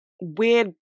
weird